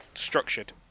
structured